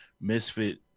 Misfit